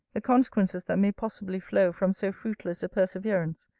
the consequences that may possibly flow from so fruitless a perseverance,